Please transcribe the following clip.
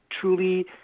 truly